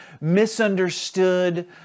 misunderstood